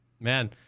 Man